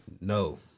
No